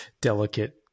delicate